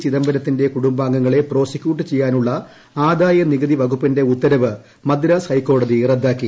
ചിദംബരത്തിന്റെ കുടുംബാംഗിങ്ങളെ പ്രോസിക്യൂട്ട് ചെയ്യാനുള്ള ആദായനികുതി വകുപ്പിട്ടന്റെ ്ഉത്തരവ് മദ്രാസ് ഹൈക്കോടതി റദ്ദാക്കി